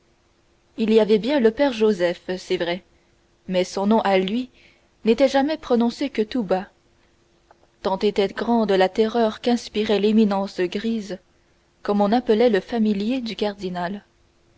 il y avait bien le père joseph c'est vrai mais son nom à lui n'était jamais prononcé que tout bas tant était grande la terreur qu'inspirait l'éminence grise comme on appelait le familier du cardinal